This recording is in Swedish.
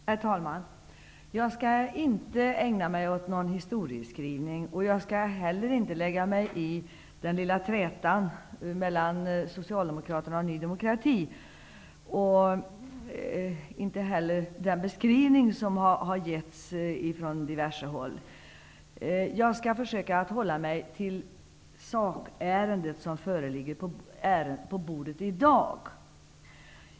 Herr talman! Jag skall inte ägna mig åt någon historieskrivning, och jag skall inte heller lägga mig i den lilla trätan mellan Socialdemokraterna och Ny demokrati och den beskrivning som har gjorts på diverse håll. Jag skall försöka hålla mig till det ärende som i dag ligger på riksdagens bord.